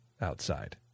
outside